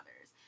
others